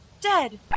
dead